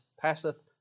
passeth